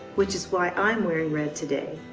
which is why i'm wearing red today.